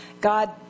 God